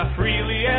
freely